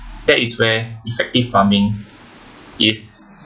that is where effective farming is